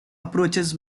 approaches